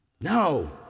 No